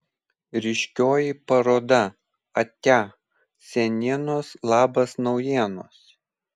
ryškioji paroda atia senienos labas naujienos